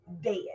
dead